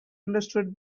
understood